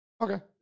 Okay